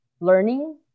learning